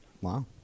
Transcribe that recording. Wow